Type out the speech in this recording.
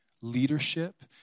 leadership